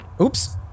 Oops